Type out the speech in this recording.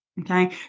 Okay